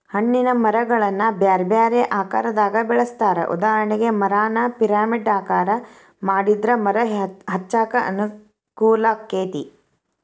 ಹಣ್ಣಿನ ಮರಗಳನ್ನ ಬ್ಯಾರ್ಬ್ಯಾರೇ ಆಕಾರದಾಗ ಬೆಳೆಸ್ತಾರ, ಉದಾಹರಣೆಗೆ, ಮರಾನ ಪಿರಮಿಡ್ ಆಕಾರ ಮಾಡಿದ್ರ ಮರ ಹಚ್ಚಾಕ ಅನುಕೂಲಾಕ್ಕೆತಿ